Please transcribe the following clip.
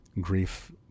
grief